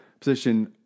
position